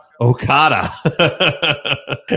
Okada